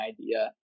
idea